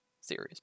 series